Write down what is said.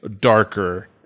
darker